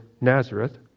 Nazareth